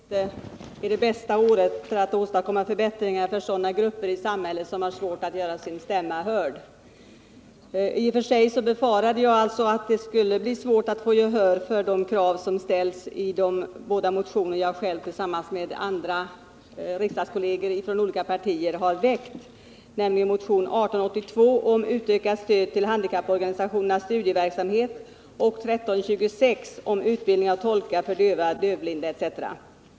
Herr talman! Jag är medveten om att ett valår inte är det bästa året för att åstadkomma förbättringar för sådana grupper i samhället som har svårt att göra sin stämma hörd. I och för sig befarade jag alltså att det skulle bli svårt att få gehör för de krav som ställs i de båda motioner som jag tillsammans med riksdagskolleger från olika partier har väckt, nämligen motion 1882 om utökat stöd till handikapporganisationernas studieverksamhet och motion 1326 om utbildning av tolkar för döva, dövblinda etc.